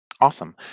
Awesome